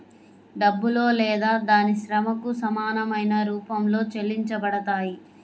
డబ్బులో లేదా దాని శ్రమకు సమానమైన రూపంలో చెల్లించబడతాయి